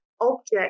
object